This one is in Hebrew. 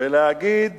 ולהגיד